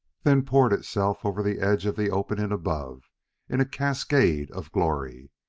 then poured itself over the edge of the opening above in a cascade of glory.